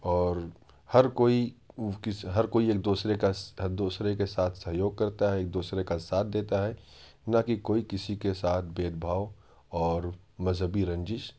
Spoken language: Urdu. اور ہر کوئی ہر کوئی ایک دوسرے کا ہر دوسرے کے ساتھ سہیوگ کرتا ہے ایک دوسرے کا ساتھ دیتا ہے نہ کہ کوئی کسی کے ساتھ بھید بھاؤ اور مذہبی رنجش